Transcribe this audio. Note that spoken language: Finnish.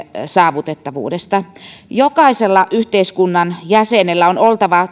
saavutettavuudesta jokaisella yhteiskunnan jäsenellä on oltava